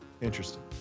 interesting